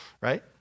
right